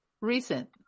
recent